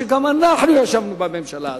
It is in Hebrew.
וגם אנחנו ישבנו בממשלה הזאת,